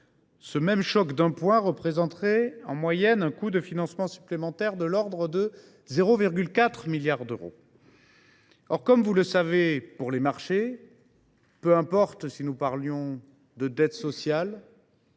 un choc d’un point représenterait en moyenne un coût de financement supplémentaire de l’ordre de 0,4 milliard d’euros. Or, comme vous le savez, pour les marchés peu importe que l’endettement soit